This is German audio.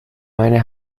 meine